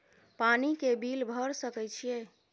पानी के बिल भर सके छियै?